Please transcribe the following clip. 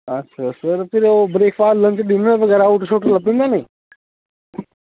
sir फिर breakfast lunch dinner लब्भी जंदे जां नेईं